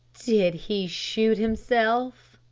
did he shoot himself?